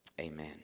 amen